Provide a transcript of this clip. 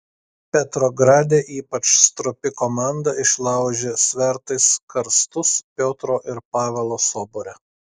petrograde ypač stropi komanda išlaužė svertais karstus piotro ir pavelo sobore